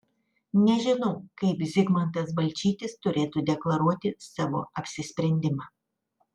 nežinau kaip zigmantas balčytis turėtų deklaruoti savo apsisprendimą